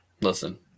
Listen